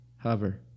hover